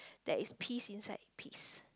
there is peas inside peas